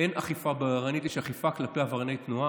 אין אכיפה בררנית, יש אכיפה כלפי עברייני תנועה.